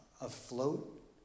afloat